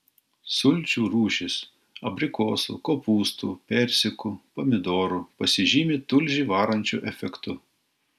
sulčių rūšis abrikosų kopūstų persikų pomidorų pasižymi tulžį varančiu efektu